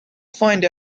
find